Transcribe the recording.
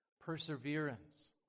Perseverance